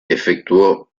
efectuó